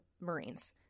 Marines